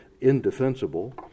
indefensible